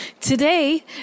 Today